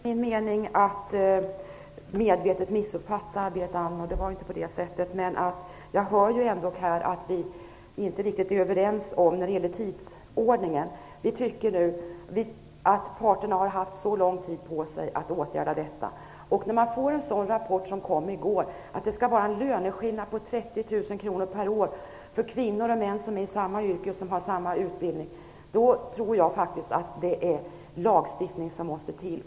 Herr talman! Det var inte min mening att medvetet missuppfatta Berit Andnor. Jag ser att vi inte är riktigt överens om tidsordningen. Vi tycker att parterna har haft tillräckligt lång tid på sig för att åtgärda detta. När man får en sådan rapport som den som kom i går, där det framgår att det är en löneskillnad på 30 000 kr per år mellan kvinnor och män med samma yrke och samma utbildning, tror jag faktiskt att det är lagstiftning som måste till.